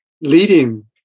leading